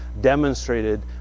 demonstrated